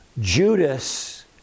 Judas